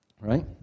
Right